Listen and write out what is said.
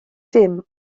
dim